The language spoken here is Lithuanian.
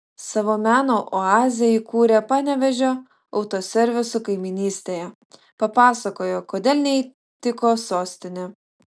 savo meno oazę įkūrė panevėžio autoservisų kaimynystėje papasakojo kodėl neįtiko sostinė